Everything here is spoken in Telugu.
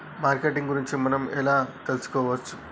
మార్కెటింగ్ గురించి మనం ఎలా తెలుసుకోవచ్చు?